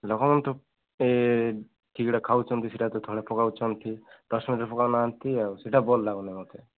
ଲୋକମାନେ ତ ଏ ଖାଉଛନ୍ତି ସେଇଟା ତ ତଳେ ପକାଉଚନ୍ତି ଡଷ୍ଟବିନ୍ରେ ପକାଉନାହାନ୍ତି ଆଉ ସେଇଟା ଭଲ ଲାଗୁନି ମୋତେ